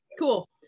cool